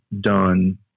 done